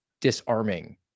disarming